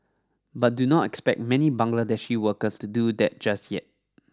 but do not expect many Bangladeshi workers to do that just yet